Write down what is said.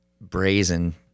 brazen